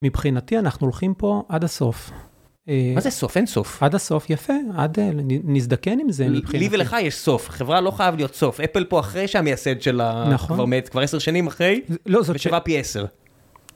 מבחינתי אנחנו הולכים פה עד הסוף. מה זה סוף? אין סוף. עד הסוף, יפה, נזדקן עם זה מבחינתי. לי ולך יש סוף, חברה לא חייב להיות סוף, אפל פה אחרי שהמייסד שלה… כבר מת עשר שנים אחרי ושבע פי עשר.